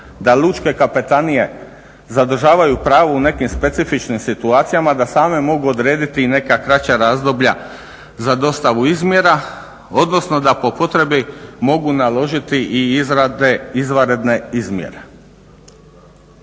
da lučke kapetanije zadržavaju pravo u nekim specifičnim situacijama da same mogu odrediti i neka kraća razdoblja za dostavu izmjera, odnosno da po potrebi mogu naložiti i izrade izvanredne izmjere.